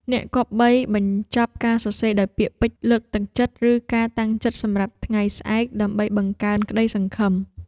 អ្នកគប្បីបញ្ចប់ការសរសេរដោយពាក្យពេចន៍លើកទឹកចិត្ត ឬការតាំងចិត្តសម្រាប់ថ្ងៃស្អែក ដើម្បីបង្កើនក្ដីសង្ឃឹម។